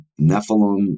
nephilim